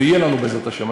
ויהיה לנו, בעזרת השם.